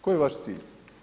Koji je vaš cilj?